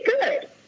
good